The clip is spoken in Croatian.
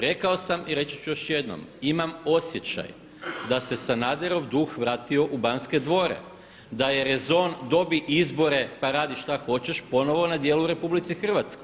Rekao sam i reći ću još jednom, imam osjećaj da se Sanaderov duh vratio u Banske dvore, da je rezon dobi izbore, pa radi šta hoćeš ponovno na dijelu u RH.